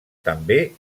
també